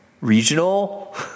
regional